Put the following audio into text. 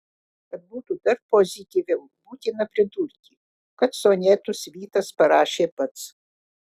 kad būtų dar pozityviau būtina pridurti kad sonetus vytas parašė pats